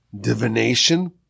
divination